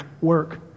work